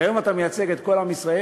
כי היום אתה מייצג את כל עם ישראל,